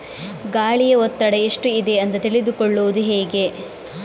ಗಾಳಿಯ ಒತ್ತಡ ಎಷ್ಟು ಇದೆ ಅಂತ ತಿಳಿದುಕೊಳ್ಳುವುದು ಹೇಗೆ?